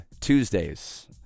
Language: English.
Tuesdays